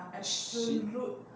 shit